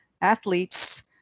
athletes